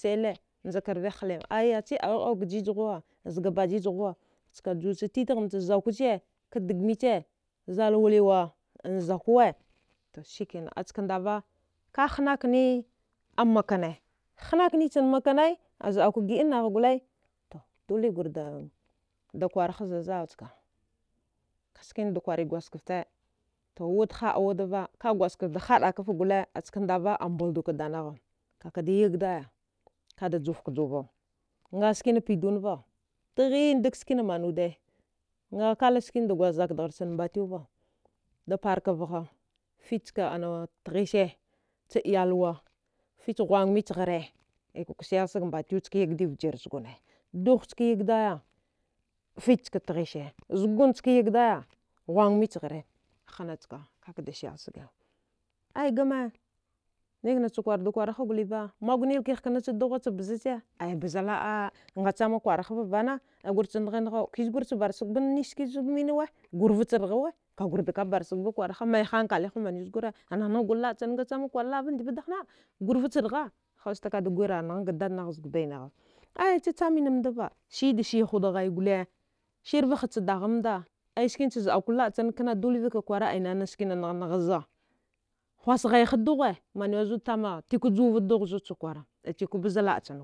Sawelle njeka awigh awu ga jij ghuwazi ga bajije ghuwa chka juwa ska juwa ch titighna na ch zakare ch ka dege mi che za avilliwa an zakuwe to shikina acha ndara ka hanakine a maka ne, hankini chen makne az'ake gida nagh gule-dule gur de de kwra ha zga sal chka, ski na da kwari gwasgefte, wud handa wd va ka gwasgeft da haɗa kafe gule kaka da yegdi deganagha asthendave a yagdika daganagh kaka da yeg daye ka da ju fte bogu u nga ski na piydon va chighin skin man wde nga kella ch skina kwl zaka dejharna, mbatile va, da partha vagha fichka aile tigh she cha iyalwa, fich ghunga mich gara askyigidi zugu ne aska sa wele sege mbatiwe, dugh ska yi daye fich, clka tighish, zugun ska yidigaya fich chka ghong michighere, kadi ka da sawel sege ai game nik'na cha kwaru nde kwara ha gule ba magunel kiha ka dughu ne che gule ba che baza che, ai baza laa nga chame kuwara ha vana a gor, cha negh ngha kizgor cha barsge bage ni cha ske za mine we gurva che regha ka gure da ban gbage mai hankali manue zugeru an negh neghan gure la'a chine, nga thama kur la'a va ndiva wdahama qur vaha cha reqa haste, ka da gui rargh naga daɗ nagha zga baya ghnagha, ai cha chamin mmdava, ch giya da suya ha wde ghaya gule cha shire nkue va ha dagaghminda ski na chaku la'a chene k'na cluce va ka kwar nana ske za, huwa ghey ha dughe manuwe zude tama a, ti kwa juwa va do ghe zudu cha kwara a chekwa baza la'a chen gule ai